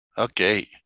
Okay